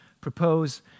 propose